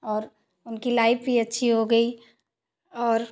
और उनकी लाइफ़ भी अच्छी हो गई और